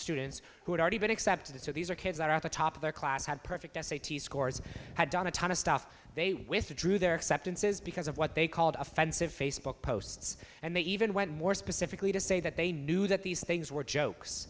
students who had already been accepted so these are kids that are at the top of their class had perfect s a t s scores had done a ton of stuff they withdrew their acceptance is because of what they called offensive facebook posts and they even went more specifically to say that they knew that these things were jokes